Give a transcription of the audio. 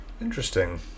Interesting